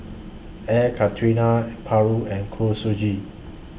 Air Karthira Paru and Kuih Suji